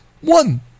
one